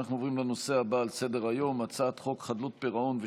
אנחנו עוברים לנושא הבא על סדר-היום,